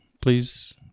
please